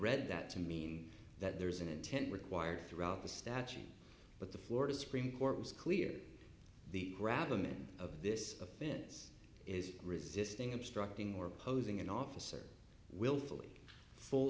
read that to mean that there's an intent required throughout the statute but the florida supreme court was clear the grab a man of this offense is resisting obstructing or posing an officer willfully full